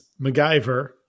MacGyver